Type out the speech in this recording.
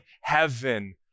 heaven